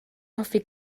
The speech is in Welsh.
hoffi